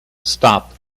stop